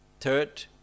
Third